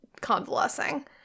convalescing